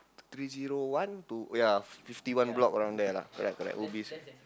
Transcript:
three zero one to ya fifty one block around there lah ya correct Ubi